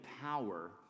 power